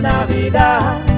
Navidad